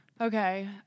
Okay